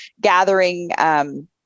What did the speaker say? gathering